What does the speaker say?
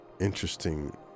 interesting